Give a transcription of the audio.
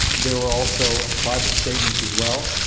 there were also private statements as well,